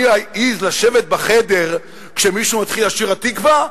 אני אעז לשבת בחדר כשמישהו מתחיל לשיר "התקווה"?